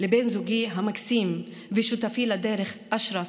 לבן זוגי המקסים ושותפי לדרך אשרף,